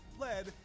led